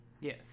Yes